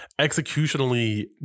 executionally